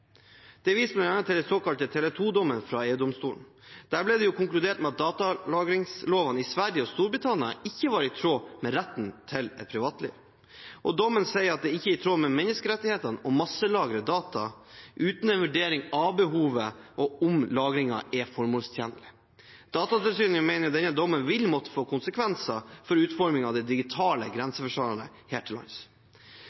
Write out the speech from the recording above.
til den såkalte Tele2-dommen fra EU-domstolen. Der ble det konkludert med at datalagringslovene i Sverige og Storbritannia ikke var i tråd med retten til privatliv. Dommen sier at det ikke er i tråd med menneskerettighetene å masselagre data uten en vurdering av behovet og av om lagringen er formålstjenlig. Datatilsynet mener denne dommen vil måtte få konsekvenser for utforming av det digitale